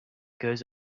goes